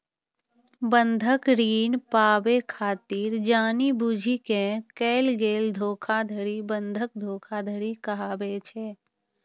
बंधक ऋण पाबै खातिर जानि बूझि कें कैल गेल धोखाधड़ी बंधक धोखाधड़ी कहाबै छै